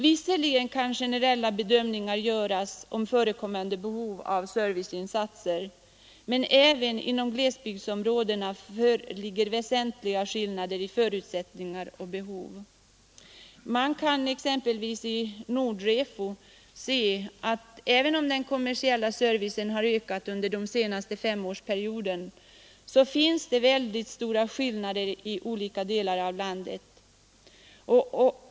Visserligen kan generella bedömningar göras om förekommande behov av serviceinsatser, men även inom glesbygdsområdena föreligger väsentliga skillnader i förutsättningar och behov. Man kan i Nord-REFO se att även om den kommersiella servicen har ökat under den senaste femårsperioden, finns det stora skillnader i olika delar av landet.